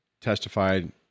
testified